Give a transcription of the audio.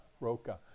Roca